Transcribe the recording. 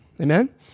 Amen